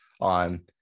on